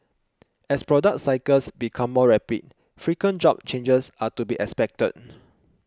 as product cycles become more rapid frequent job changes are to be expected